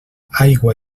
aigua